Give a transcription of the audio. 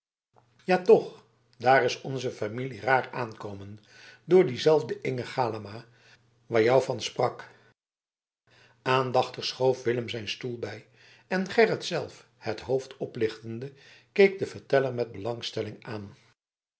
ja toch daar is onze familie raar aan ekomen door dien zelfden ige galama waar jou van sprak aandachtig schoof willem zijn stoel bij en gerrit zelf het hoofd oplichtende keek den verteller met belangstelling aan